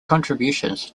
contributions